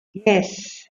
yes